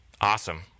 Awesome